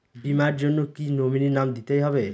বীমার জন্য কি নমিনীর নাম দিতেই হবে?